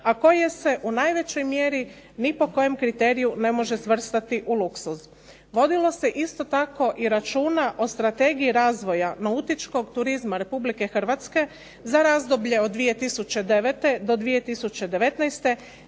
a koje se u najvećoj mjeri ni po kojem kriteriju ne može svrstati u luksuz. Vodilo se isto tako i računa o Strategiji razvoja nautičkog turizma Republike Hrvatske za razdoblje od 2009. do 2019.